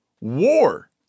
war